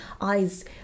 eyes